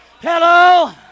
Hello